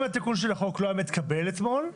אם התיקון של החוק לא היה מתקבל אתמול,